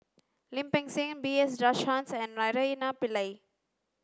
Lim Peng Siang B S Rajhans and Naraina Pillai